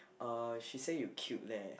uh she say you cute leh